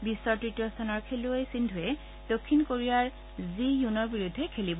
বিশ্বৰ ত্ৰতীয় স্থানৰ খেলুৱৈ সিন্ধুৱে দক্ষিণ কোৰিয়াৰ জি য়ুনৰ বিৰুদ্ধে খেলিব